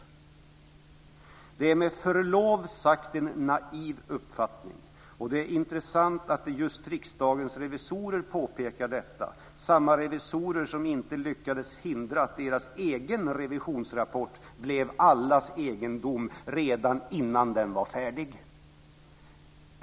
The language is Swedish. Det är med förlov sagt en naiv uppfattning. Och det är intressant att just riksdagens revisorer påpekar detta. Samma revisorer som inte lyckats hindra att deras egen revisionsrapport blivit allas egendom innan den var färdig."